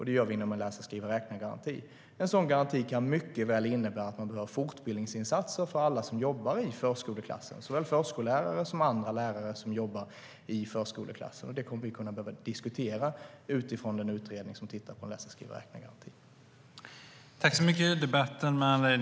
Det gör vi genom en läsa-skriva-räkna-garanti. Överläggningen var härmed avslutad.